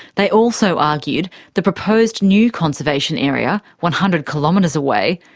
they also argued the proposed new conservation area, one hundred kilometres away,